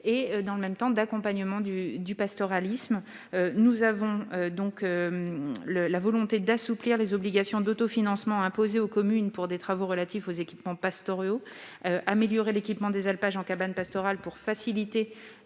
la biodiversité et à l'accompagnement du pastoralisme. Nous avons la volonté d'assouplir les obligations d'autofinancement imposées aux communes pour des travaux relatifs aux équipements pastoraux, afin d'améliorer l'équipement des alpages en cabanes pastorales pour faciliter